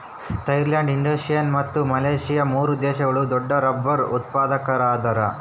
Thailand Indonesia ಮತ್ತು Malaysia ಮೂರು ದೇಶಗಳು ದೊಡ್ಡರಬ್ಬರ್ ಉತ್ಪಾದಕರದಾರ